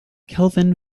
kelvin